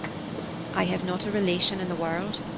i have not a relation in the world.